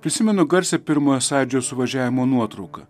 prisimenu garsią pirmojo sąjūdžio suvažiavimo nuotrauką